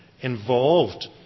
involved